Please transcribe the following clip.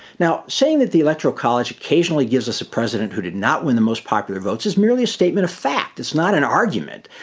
now saying that the electoral college occasionally gives us a president who did not win the most popular votes is merely a statement of fact. it's not an argument.